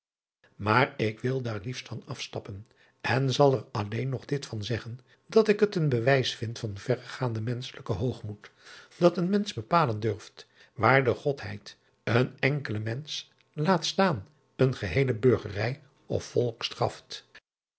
aar ik wil daar liefst van afstappen en zal er alleen nog dit van zeggen dat ik het een bewijs vind van verregaanden menschelijken hoogmoed dat een mensch bepalen durft waar de odheid een enkelen mensch laatstaan eene geheele burgerij of volk straft